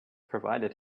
provided